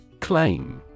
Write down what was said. Claim